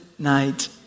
night